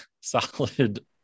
solid